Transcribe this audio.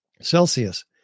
Celsius